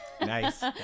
nice